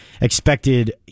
expected